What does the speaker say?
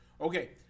Okay